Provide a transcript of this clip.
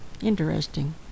interesting